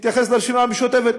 נתייחס לרשימה המשותפת,